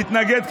להתנגד,